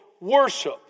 Worship